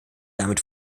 damit